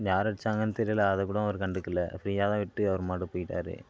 யாரு அடிச்சாங்கன்னு தெரியல அதை கூட அவர் கண்டுக்கல ஃப்ரீயாக தான் விட்டு அவர் மாட்டும் போயிட்டாரு